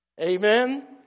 Amen